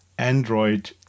Android